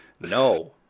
no